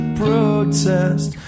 protest